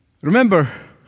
Remember